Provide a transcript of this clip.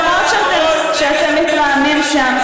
אני שומעת שאתם מתרעמים שם.